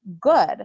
good